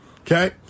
Okay